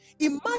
Imagine